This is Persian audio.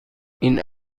این